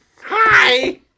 Hi